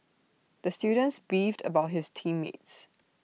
the students beefed about his team mates